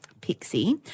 Pixie